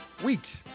wheat